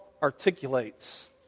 Articulates